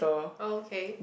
oh okay